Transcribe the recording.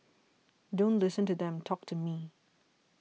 don't listen to them talk to me